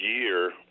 year